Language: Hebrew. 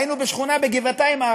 היינו בשכונה בגבעתיים.